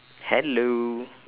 hello